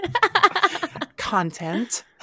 Content